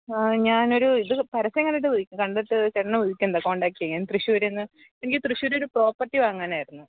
ആ ഞാനൊരു ഇത് പരസ്യം കണ്ടിട്ട് വിളിക്കാൻ കണ്ടിട്ട് ചേട്ടനെ വിളിച്ചിണ്ട് കോണ്ടാക്ററ് ചെയ്യാൻ തൃശ്ശൂരിന്ന് എനിക്ക് തൃശ്ശൂരൊരു പ്രോപ്പർട്ടി വാങ്ങാനായിരുന്നു